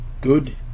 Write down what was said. good